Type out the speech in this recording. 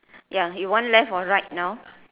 ya you want left or right now